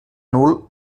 nul